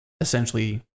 essentially